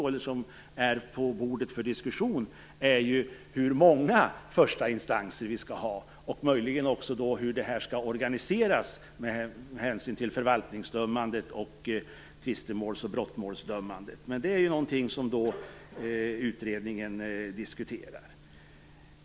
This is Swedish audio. Möjligen kan det diskuteras hur många förstainstanser vi skall ha och hur det skall organiseras med hänsyn till förvaltningsdömande, tvistemåls och brottmålsdömande. Det är något som utredningen diskuterar.